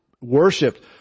worshipped